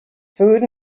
food